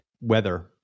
weather